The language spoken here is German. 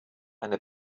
eine